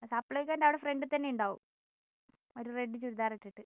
സപ്ലൈക്കോന്റവിടെ ഫ്രണ്ടിൽ തന്നെ ഉണ്ടാകും ഒരു റെഡ് ചുരിദാർ ഇട്ടിട്ട്